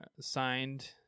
signed